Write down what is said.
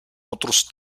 otros